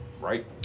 right